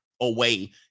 away